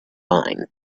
mind